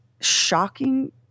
shocking